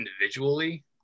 individually –